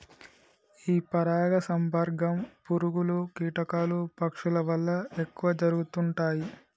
ఈ పరాగ సంపర్కం పురుగులు, కీటకాలు, పక్షుల వల్ల ఎక్కువ జరుగుతుంటాయి